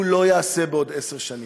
הוא לא יעשה בעוד עשר שנים.